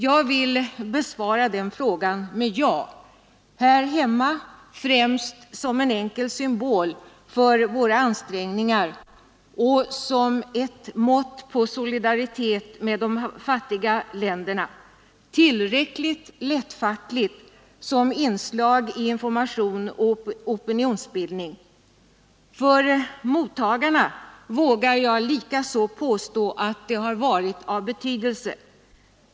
Jag vill besvara den frågan med ja. Här hemma främst som en enkel symbol för våra ansträngningar och som ett mått på solidaritet med de fattiga länderna, tillräckligt lättfattligt som inslag i information och opinionsbildning. För mottagarna vågar jag likaså påstå att det har varit av betydelse.